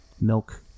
milk